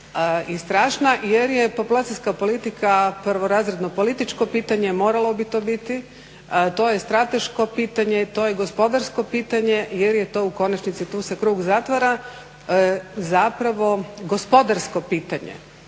strašna jer je populacijska politika prvorazredno političko pitanje, moralo bi to biti, to je strateško pitanje, to je gospodarsko pitanje jer je to u konačnici tu se krug zatvara zapravo gospodarsko pitanje.